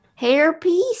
Hairpiece